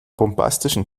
bombastischen